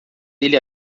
ele